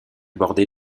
bordée